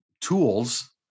tools